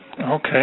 Okay